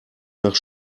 nach